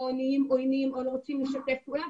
או נהיים עוינים או לא רוצים לשתף פעולה,